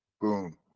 Boom